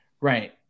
Right